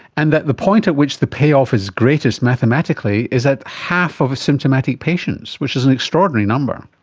and that the point at which the payoff is greatest mathematically is at half of symptomatic patients, which is an extraordinary number.